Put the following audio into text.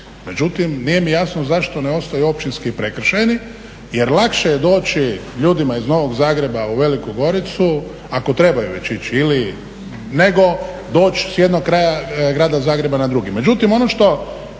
Međutim, nije mi jasno zašto ne ostaju općinski i prekršajni, jer lakše je doći ljudima iz Novog Zagreba u Veliku Goricu, ako trebaju već ići nego doći s jednog kraja grada Zagreba na drugi.